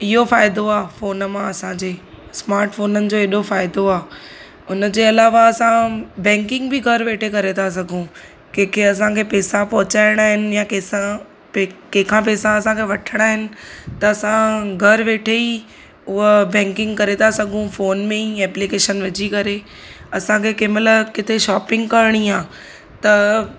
इहो फ़ाइदो आहे फ़ोन मां असांजे स्मार्ट फ़ोननि जो एॾो फ़ाइदो आहे उनजे अलावा असां बैंकिंग बि घरु वेठे करे था सघूं कंहिंखे असांखे पैसा पहुचाइणा आहिनि या कंहिंसां पै कंहिंखां पैसा असांखे वठिणा आहिनि त असां घरु वेठे ई उहा बैंकिंग करे था सघूं फ़ोन में ई एप्लीकेशन विझी करे असांखे कंहिंमहिल किथे शॉपिंग करणी आहे त